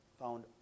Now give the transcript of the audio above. found